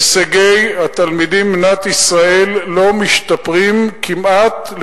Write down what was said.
הישגי התלמידים במדינת ישראל לא משתפרים כמעט,